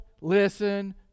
listen